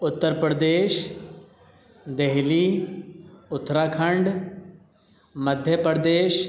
Uttar Pradesh Delhi Uttarakhand Madhya Pradesh